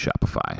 Shopify